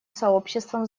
сообществом